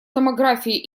томографией